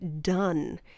done